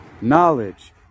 knowledge